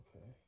Okay